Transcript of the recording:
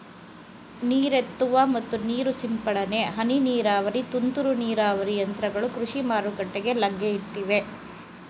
ನೀರೆತ್ತುವ ಮತ್ತು ನೀರು ಸಿಂಪಡನೆ, ಹನಿ ನೀರಾವರಿ, ತುಂತುರು ನೀರಾವರಿ ಯಂತ್ರಗಳು ಕೃಷಿ ಮಾರುಕಟ್ಟೆಗೆ ಲಗ್ಗೆ ಇಟ್ಟಿವೆ